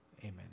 Amen